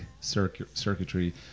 circuitry